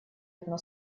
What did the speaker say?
одно